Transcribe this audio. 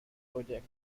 project